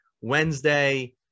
Wednesday